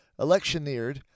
electioneered